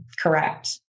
correct